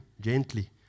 gently